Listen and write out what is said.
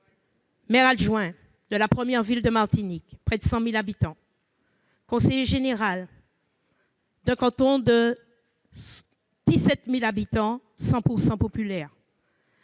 maire adjointe de la première ville de Martinique, qui compte près de 100 000 habitants, conseillère générale d'un canton de 17 000 habitants 100 % populaire,